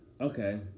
okay